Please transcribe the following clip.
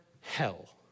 hell